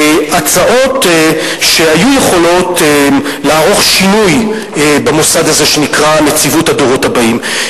הצעות שהיו יכולות לערוך שינוי במוסד הזה שנקרא נציבות הדורות הבאים.